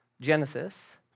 Genesis